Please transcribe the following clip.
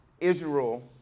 Israel